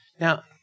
Now